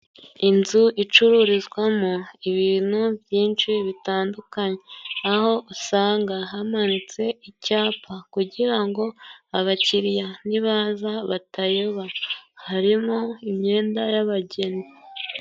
Inzu icururizwamo ibintu byinshi bitandukanye aho usanga hamanitse icyapa, kugira ngo abakiriya nibaza batayoba, harimo imyenda y'abageni.